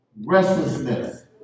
restlessness